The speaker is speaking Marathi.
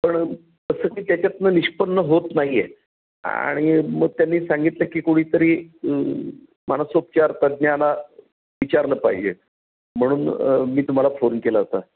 पण तसं काही त्याच्यातनं निष्पन्न होत नाही आहे आणि मग त्यांनी सांगितलं की कुणीतरी मानसोपचार तज्ज्ञाला विचारलं पाहिजे म्हणून मी तुम्हाला फोन केला होता